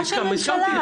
זה החלטה של ממשלה.